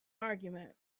argument